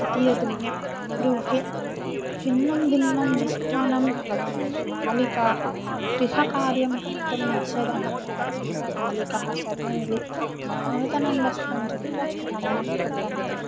द्वितीयदिने गृहे भिन्नं भिन्नं मिष्टान्नं भवति बालिकाः गृहकार्यं कर्तुं निषेधः भवति बालिकाः सर्वे मिलित्वा नूतनं वस्त्रं धृत्वा भ्रमणं कुर्वन्ति